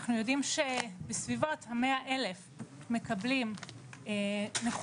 אנחנו יודעים שבסביבות ה 100,000 מקבלים נכות